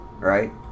right